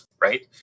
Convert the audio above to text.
right